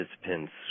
participants